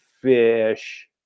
fish